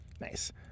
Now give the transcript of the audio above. nice